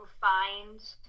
find